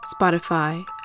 Spotify